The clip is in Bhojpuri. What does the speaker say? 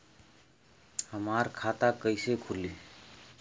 हमार खाता कईसे खुली?